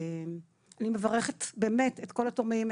אני מברכת באמת את כל התורמים,